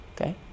Okay